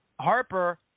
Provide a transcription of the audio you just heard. Harper